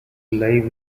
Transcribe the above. lie